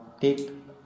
take